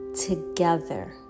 together